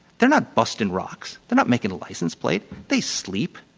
they're not busting rocks. they're not making a license plates. they sleep.